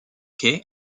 quai